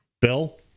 Bill